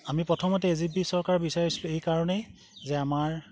আমি প্ৰথমতে A G P চৰকাৰ বিচাৰিছিলো এইকাৰণেই যে আমাৰ